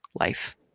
life